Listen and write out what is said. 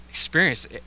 experience